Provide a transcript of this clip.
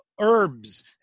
herbs